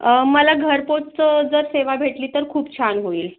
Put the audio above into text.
अं मला घरपोच जर सेवा भेटली तर खूप छान होईल